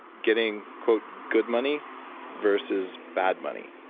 getting good money versus bad money.